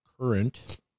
current